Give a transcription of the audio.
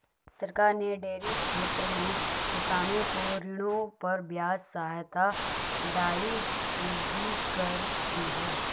सरकार ने डेयरी क्षेत्र में किसानों को ऋणों पर ब्याज सहायता ढाई फीसदी कर दी है